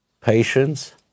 patience